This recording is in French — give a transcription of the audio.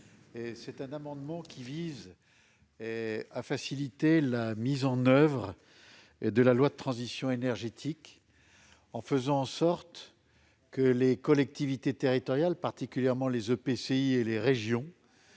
Cet amendement vise à faciliter la mise en oeuvre de la loi de transition énergétique en faisant en sorte que les collectivités territoriales, en particulier les régions,